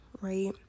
right